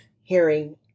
hearing